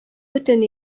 бөтен